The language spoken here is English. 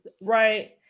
right